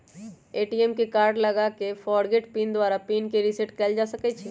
ATM में card लगा कऽ फ़ॉरगोट पिन द्वारा पिन के रिसेट कएल जा सकै छै